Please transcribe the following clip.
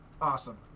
awesome